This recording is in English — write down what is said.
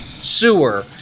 sewer